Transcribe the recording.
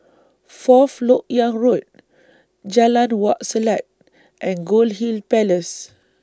Fourth Lok Yang Road Jalan Wak Selat and Goldhill Palace